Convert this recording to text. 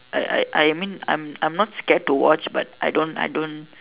I I I mean I'm I'm not scared to watch but I don't I don't